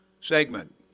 segment